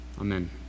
Amen